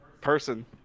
Person